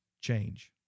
change